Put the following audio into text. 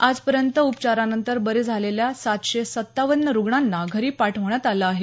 आजपर्यंत उपचारानंतर बरे झालेल्या सातशे सत्तावन्न रुग्णांना घरी पाठवण्यात आलं आहे